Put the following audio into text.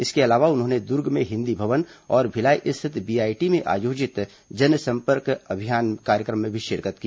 इसके अलावा उन्होंने दुर्ग में हिन्दी भवन और भिलाई स्थित बीआईटी में आयोजित जनसंपर्क अभियान कार्यक्रम में भी शिरकत की